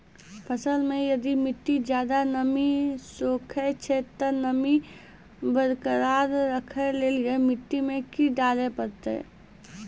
फसल मे यदि मिट्टी ज्यादा नमी सोखे छै ते नमी बरकरार रखे लेली मिट्टी मे की डाले परतै?